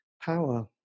power